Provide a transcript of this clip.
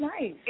nice